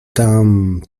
tam